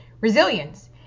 Resilience